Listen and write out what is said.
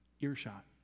earshot